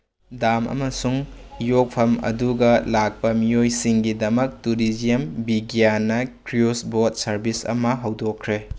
dam ꯑꯃꯁꯨꯡ ꯏꯌꯣꯛꯐꯝ ꯑꯗꯨꯒ ꯂꯥꯛꯄ ꯃꯤꯑꯣꯏꯁꯤꯡꯒꯤꯗꯃꯛ ꯇꯨꯔꯤꯖꯝ ꯕꯤꯒ꯭ꯌꯥꯟꯅ ꯀ꯭ꯔꯨꯁ ꯕꯣꯠ ꯁꯔꯚꯤꯁ ꯑꯃ ꯍꯧꯗꯣꯛꯈ꯭ꯔꯦ